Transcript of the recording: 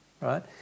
right